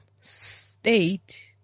state